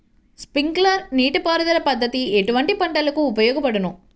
Sprinkler నీటిపారుదల పద్దతి ఎటువంటి పంటలకు ఉపయోగపడును?